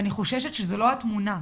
אני חוששת שבמציאות זאת לא התמונה.